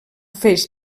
feix